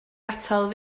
atal